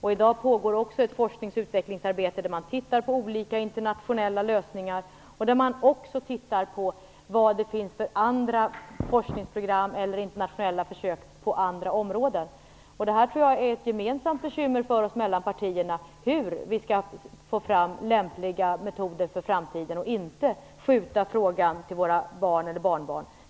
I dag pågår också ett forsknings och utvecklingsarbete där man tittar på olika internationella lösningar och på vad det finns för andra forskningsprogram eller internationella försök på andra områden. Jag tror att ett gemensamt bekymmer för partierna är hur vi skall få fram lämpliga metoder för framtiden, så att vi inte skjuter över frågan till våra barn eller barnbarn.